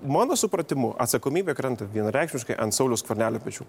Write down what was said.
mano supratimu atsakomybė krenta vienareikšmiškai ant sauliaus skvernelio pečių